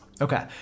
Okay